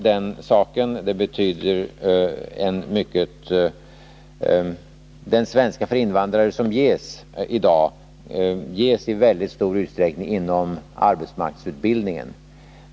Den utbildning i svenska för invandrare som ges i dag ges i väldigt stor utsträckning inom arbetsmarknadsutbildningen.